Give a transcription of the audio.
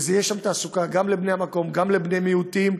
תהיה שם תעסוקה גם לבני המקום, גם לבני מיעוטים,